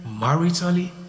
maritally